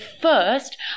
first